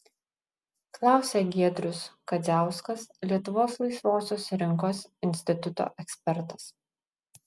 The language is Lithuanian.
klausia giedrius kadziauskas lietuvos laisvosios rinkos instituto ekspertas